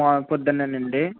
పొద్దునేనా అండి